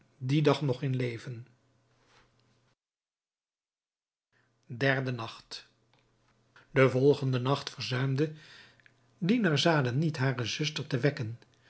dien dag nog leven derde nacht den volgenden nacht verzuimde dinarzade niet hare zuster te wekken